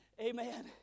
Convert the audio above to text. Amen